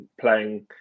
playing